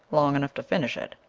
long enough to finish it.